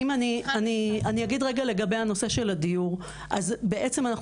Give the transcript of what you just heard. נושא הדיור בעצם,